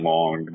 Long